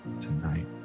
Tonight